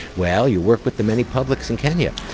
well, you work with the many publics in kenya,